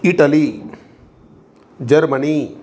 Italy Germany